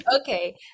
Okay